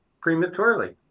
prematurely